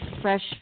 fresh